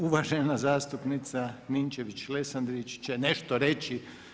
Uvažena zastupnica Ninačević-Lesandrić će nešto reći.